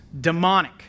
demonic